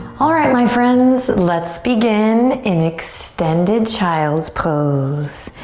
alright my friends, let's begin in extended child's pose.